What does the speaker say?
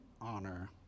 honor